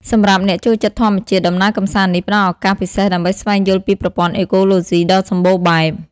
សម្រាប់អ្នកចូលចិត្តធម្មជាតិ ដំណើរកម្សាន្តនេះផ្តល់ឱកាសពិសេសដើម្បីស្វែងយល់ពីប្រព័ន្ធអេកូឡូស៊ីដ៏សម្បូរបែប។